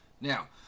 Now